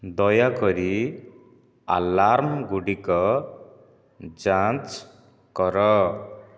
ଦୟାକରି ଆଲାର୍ମଗୁଡ଼ିକ ଯାଞ୍ଚ କର